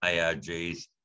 ARG's